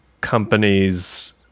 companies